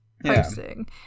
posting